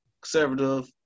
conservative